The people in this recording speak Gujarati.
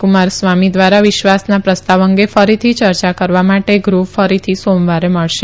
કુમારસ્વામી દ્વારા વિશ્વાસના પ્રસ્તાવ અંગે ફરીથી ચર્ચા કરવા માટે ગૃહ ફરીથી સોમવારે મળશે